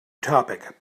topic